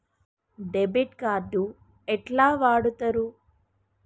Debit card ఎట్లా వాడుతరు?